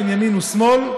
בין ימין ושמאל.